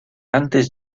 antes